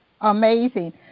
amazing